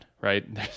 right